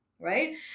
Right